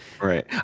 Right